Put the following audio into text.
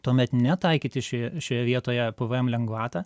tuomet netaikyti šioje šioje vietoje pvm lengvatą